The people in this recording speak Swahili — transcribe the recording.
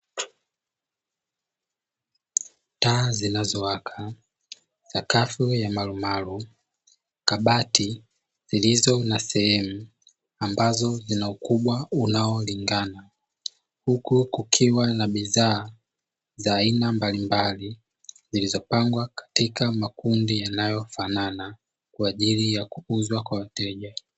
Taa zinazowaka, sakafu ya marumaru, kabati zilizo na sehemu ambazo zina ukubwa unaolingana. Huku kukiwa na bidhaa za aina mbalimbali, zilizopangwa katika makundi yanayofanana kwa ajili ya kuuzwa kwa wateja.